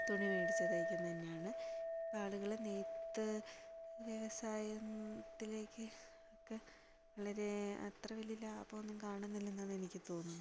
തുണി മേടിച്ച് തയ്ക്കുന്നത് തന്നെയാണ് ഇപ്പോൾ ആളുകൾ നെയ്ത്ത് വ്യവസായത്തിലേക്ക് ഒക്കെ വളരെ അത്ര വലിയ ലാഭമൊന്നും കാണുന്നില്ലെന്നാണ് എനിക്ക് തോന്നുന്നത്